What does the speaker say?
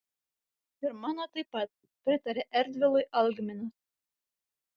ir mano taip pat pritarė erdvilui algminas